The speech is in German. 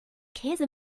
käse